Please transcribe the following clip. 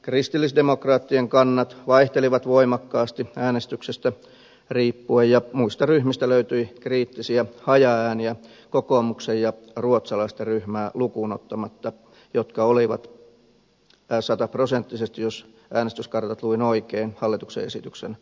kristillisdemokraattien kannat vaihtelivat voimakkaasti äänestyksestä riippuen ja muista ryhmistä löytyi kriittisiä hajaääniä kokoomuksen ja ruotsalaista ryhmää lukuun ottamatta jotka olivat lähes sataprosenttisesti jos äänestyskartat luin oikein hallituksen esityksen kannalla